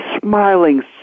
smiling